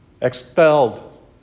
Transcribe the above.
expelled